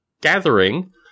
gathering